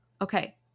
Okay